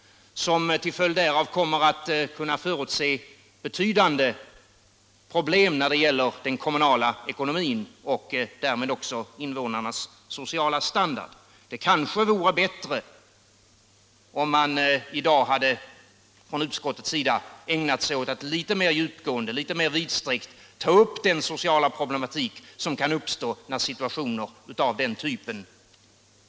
Detta kommer att leda till — det kan man förutse — betydande problem när det gäller den kommunala ekonomin och därmed också invånarnas sociala standard. Det hade kanske varit bättre om man i dag från utskottets sida hade ägnat sig åt att litet mer djupgående ta upp den sociala problematik som kan uppstå i situationer av den typen.